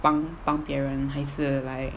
帮帮别人还是 like